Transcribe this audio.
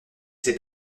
s’est